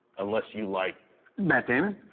unless you like matt damon?